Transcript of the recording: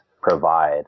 provide